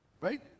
Right